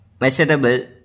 measurable